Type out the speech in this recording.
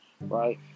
right